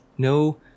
No